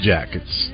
Jackets